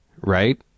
right